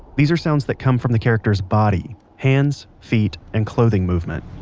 these are sounds that come from the character's body, hands, feet, and clothing movement